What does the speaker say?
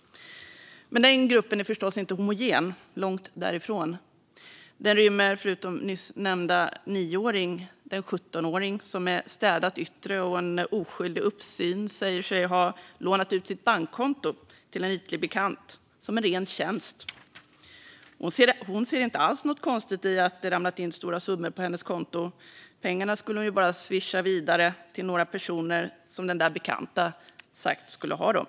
Men den gruppen är förstås inte homogen, långt därifrån. Den rymmer, förutom nyss nämnda 9-åring, den 17-åring som med ett städat yttre och en oskyldig uppsyn säger sig ha lånat ut sitt bankkonto till en ytlig bekant, som en ren tjänst. Hon ser inte alls något konstigt i att det ramlat in stora summor på hennes konto. Pengarna skulle hon ju bara swisha vidare till några personer som den där bekanta sagt skulle ha dem.